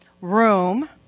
room